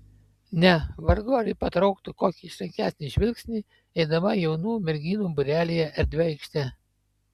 ne vargu ar ji patrauktų kokį išrankesnį žvilgsnį eidama jaunų merginų būrelyje erdvia aikšte